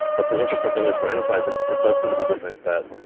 but the interesting thing is for enterprise, it it does seem to be different that